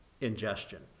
ingestion